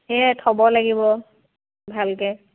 সেয়াই থ'ব লাগিব ভালকে